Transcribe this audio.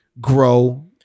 grow